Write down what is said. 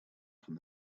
from